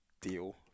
deal